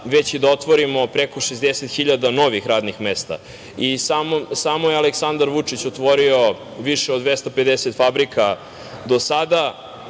već i da otvorimo preko 60.000 novih radnih mesta. Samo je Aleksandar Vučić otvorio više od 250 fabrika do sada